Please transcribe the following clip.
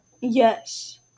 Yes